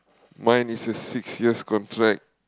mine is a six years contract